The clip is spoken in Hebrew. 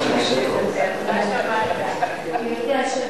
גברתי היושבת-ראש,